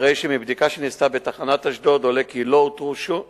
2008 ו-2009?